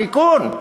תיקון.